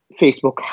Facebook